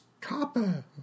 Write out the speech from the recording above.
copper